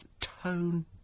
tone